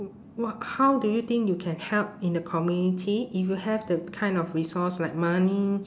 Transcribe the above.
wh~ what how do you think you can help in the community if you have the kind of resource like money